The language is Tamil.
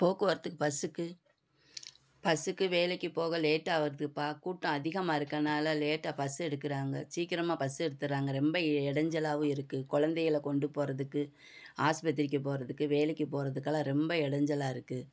போக்குவரத்துக்கு பஸ்ஸுக்கு பஸ்ஸுக்கு வேலைக்கு போக லேட்டாக வருதுப்பா கூட்டம் அதிகமாக இருக்கிறனால லேட்டாக பஸ்ஸு எடுக்கிறாங்க சீக்கிரமாக பஸ்ஸு எடுத்துடுறாங்க ரொம்ப இடஞ்சலாவும் இருக்குது குழந்தைகள கொண்டு போகிறதுக்கு ஆஸ்பத்திரிக்கு போகிறதுக்கு வேலைக்கு போகிறதுக்கலாம் ரொம்ப இடஞ்சலா இருக்குது